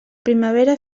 primavera